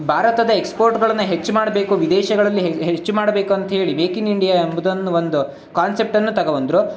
ಭಾರತದ ಎಕ್ಸ್ಪೋರ್ಟ್ಗಳನ್ನು ಹೆಚ್ಚು ಮಾಡಬೇಕು ವಿದೇಶಗಳಲ್ಲಿ ಹೆ ಹೆಚ್ಚು ಮಾಡ್ಬೇಕು ಅಂತೇಳಿ ಮೇಕ್ ಇನ್ ಇಂಡಿಯಾ ಎಂಬುದನ್ನು ಒಂದು ಕಾನ್ಸೆಪ್ಟನ್ನು ತಗೊಬಂದ್ರು